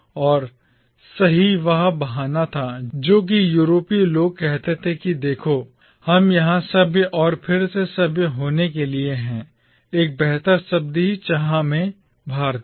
और यही वह बहाना था जो कि यूरोपीय लोग कहते थे कि देखो हम यहां सभ्य या फिर से सभ्य होने के लिए हैं एक बेहतर शब्द की चाह में भारतीय